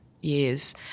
years